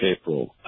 April